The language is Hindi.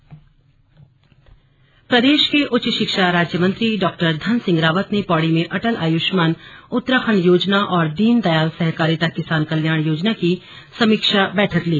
स्लग समीक्षा बैठक प्रदेश के उच्च शिक्षा राज्य मंत्री डॉ धन सिंह रावत ने पौड़ी में अटल आयुष्मान उत्तराखंड योजना और दीनदयाल सहकारिता किसान कल्याण योजना की समीक्षा बैठक ली